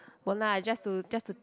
won't lah just to just to